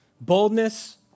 boldness